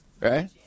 right